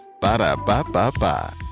Ba-da-ba-ba-ba